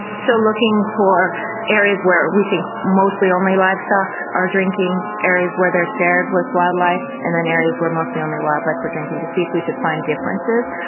so looking for areas where we think mostly only livestock are drinking, areas where they're shared with wildlife and then areas where mostly only wildlife were drinking to see if we could find differences.